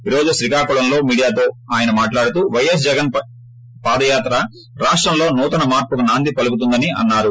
ఈ రోజు శ్రీకాకుళంలో మీడియాతో ఆయన మాట్లాడుతూ వైఎస్ జగన్ పాద యాత్ర రాష్టంలో నూతన మార్చుకు నాంది పలుకుతుందని అన్నారు